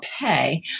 pay